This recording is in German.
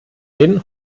den